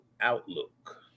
outlook